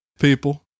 people